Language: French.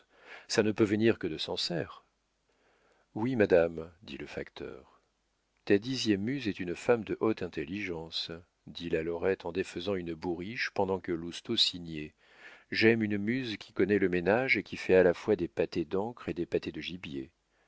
ça ne peut venir que de sancerre oui madame dit le facteur ta dixième muse est une femme de haute intelligence dit la lorette en défaisant une bourriche pendant que lousteau signait j'aime une muse qui connaît le ménage et qui fait à la fois des pâtés d'encre et des pâtés de gibier